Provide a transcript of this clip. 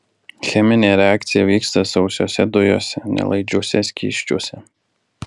cheminė reakcija vyksta sausosiose dujose nelaidžiuose skysčiuose